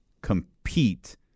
compete